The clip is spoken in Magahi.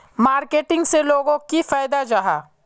मार्केटिंग से लोगोक की फायदा जाहा?